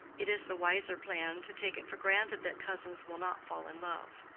it is the wiser plan to take it for granted that cousins will not fall in love.